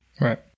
Right